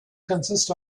consist